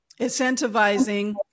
incentivizing